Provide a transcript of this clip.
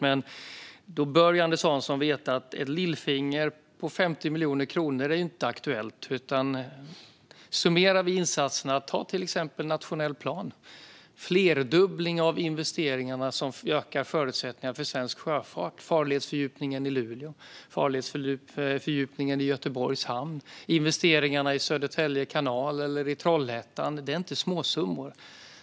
Anders Hansson bör dock också veta att ett lillfinger på 50 miljoner kronor inte är aktuellt, utan summerar vi insatserna - ta till exempel den nationella planen - ser vi en flerdubbling av investeringarna som ökar förutsättningarna för svensk sjöfart. När det gäller farledsfördjupningen i Luleå, farledsfördjupningen i Göteborgs hamn och investeringarna i Södertälje kanal eller i Trollhättan är det inte småsummor det handlar om.